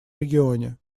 регионе